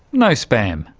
no spam.